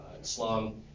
Islam